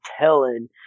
telling